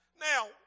Now